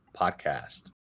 podcast